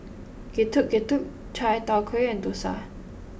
Getuk Getuk Chai Tow Kuay and Dosa